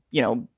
you know,